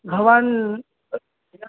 भवान्